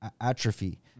atrophy